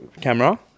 camera